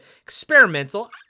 experimental